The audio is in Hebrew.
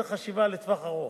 זו חשיבה לטווח ארוך.